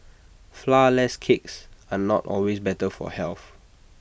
Flourless Cakes are not always better for health